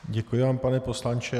Děkuji vám, pane poslanče.